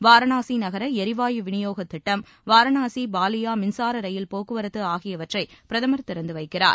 வாரணாசி நகர ளிவாயு வினியோகத் திட்டம் வாரணாசி பாலியா மின்சார ரயில் போக்குவரத்து ஆகியவற்றை பிரதமா் திறந்து வைக்கிறார்